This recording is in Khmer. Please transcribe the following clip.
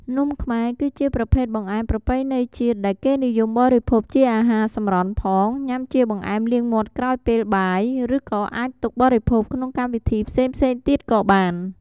នំខ្មែរ គឺជាប្រភេទបង្អែមប្រពៃណីជាតិដែលគេនិយមបរិភោគជាអាហារសម្រន់ផង ញ៉ាំជាបង្អែមលាងមាត់ក្រោយពេលបាយ ឬក៏អាចទុកបរិភោគក្នុងកម្មវិធីផ្សេងៗទៀតក៏បាន។